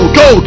go